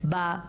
שתטפלו בפוגע.